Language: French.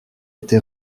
été